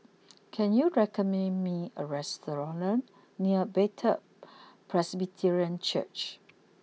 can you recommend me a restaurant near Bethel Presbyterian Church